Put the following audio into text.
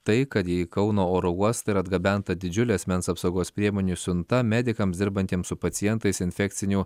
tai kad į kauno oro uostą yra atgabenta didžiulė asmens apsaugos priemonių siunta medikams dirbantiems su pacientais infekcinių